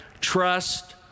Trust